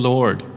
Lord